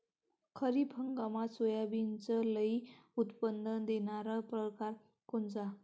खरीप हंगामात सोयाबीनचे लई उत्पन्न देणारा परकार कोनचा?